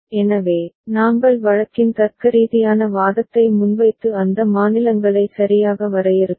எனவே நாங்கள் வழக்கின் தர்க்கரீதியான வாதத்தை முன்வைத்து அந்த மாநிலங்களை சரியாக வரையறுத்தோம்